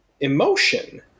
Emotion